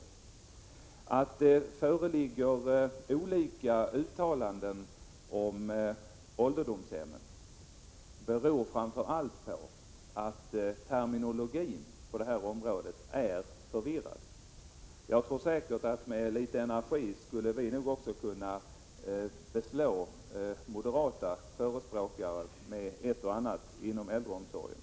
Att det föreligger olika uttalanden om ålderdomshemmen beror framför allt på att terminologin på det här området är förvirrande. Med litet energi skulle vi säkert kunna beslå också moderata företrädare med ett och annat mindre lyckat uttalande som gjorts beträffande äldreomsorgen.